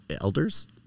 elders